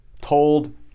told